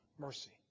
mercy